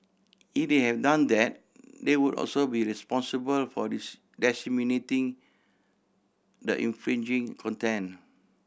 if they have done that they would also be responsible for this disseminating the infringing content